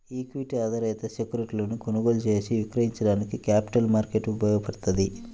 equity ఆధారిత సెక్యూరిటీలను కొనుగోలు చేసి విక్రయించడానికి క్యాపిటల్ మార్కెట్ ఉపయోగపడ్తది